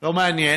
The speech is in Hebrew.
לא מעניין,